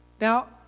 Now